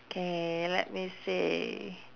okay let me see